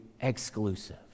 exclusive